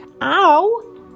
Ow